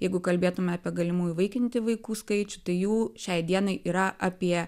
jeigu kalbėtume apie galimų įvaikinti vaikų skaičių tai jų šiai dienai yra apie